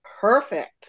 Perfect